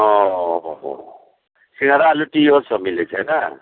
ओ हो हो सिँघाड़ा लिट्टियो सब मिलै छै ने